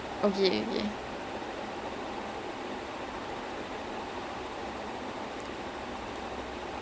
so the ரெண்டுத்துட்டயுமே அவனோட:renduthuthutayumae avanoda role அதேதான் மூஞ்சில:athaethaan moonjila expression காட்ட கூடாது எல்லாரையும் அடிக்கணும்:kaatta kudaaathu ellaaraiyum adikanum